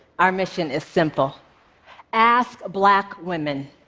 our mission is simple ask black women,